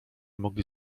mogli